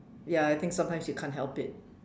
ya I think sometimes you can't help it